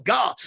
God